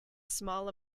small